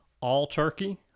all-turkey